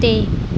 ਅਤੇ